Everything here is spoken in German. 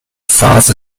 phase